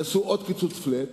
יעשו עוד קיצוץ flat,